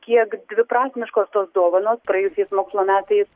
kiek dviprasmiškos tos dovanos praėjusiais mokslo metais